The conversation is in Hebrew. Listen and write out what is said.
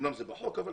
אמנם זה בחוק אבל